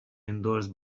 endorsed